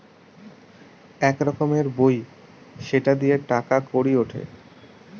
এক রকমের বই সেটা দিয়ে টাকা কড়ি উঠে